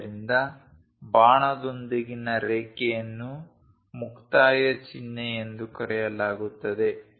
ಆದ್ದರಿಂದ ಬಾಣದೊಂದಿಗಿನ ರೇಖೆಯನ್ನು ಮುಕ್ತಾಯ ಚಿಹ್ನೆ ಎಂದು ಕರೆಯಲಾಗುತ್ತದೆ